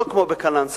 לא כמו בקלנסואה,